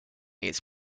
his